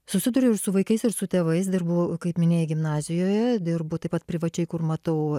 susiduriu ir su vaikais ir su tėvais dirbu kaip minėjai gimnazijoje dirbu taip pat privačiai kur matau